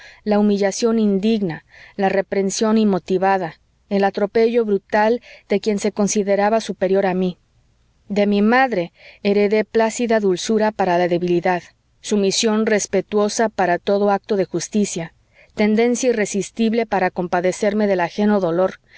la humillación indigna la reprensión inmotivada el atropello brutal de quien se consideraba superior a mí de mi madre heredé plácida dulzura para la debilidad sumisión respetuosa para todo acto de justicia tendencia irresistible para compadecerme del ajeno dolor